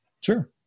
Sure